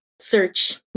search